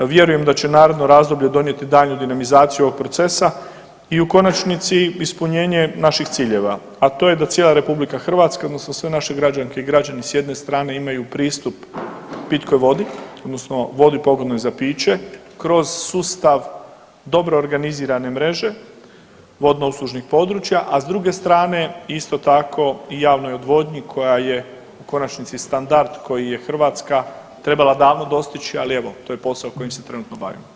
Vjerujem da će naredno razdoblje donijeti daljnju dinamizaciju ovog procesa i u konačnici ispunjenje naših ciljeva, a to je da cijela RH, odnosno sve naše građanke i građani s jedne strane, imaju pristup pitkoj vodi, odnosno vodi pogodnoj za piće, kroz sustav dobro organizirane mreže, vodno uslužnih područja, a s druge strane, isto tako i javnoj odvodnji koja je, u konačnici standard koji je Hrvatska trebala davno dostići, ali evo, to je posao kojim se trenutno bavimo.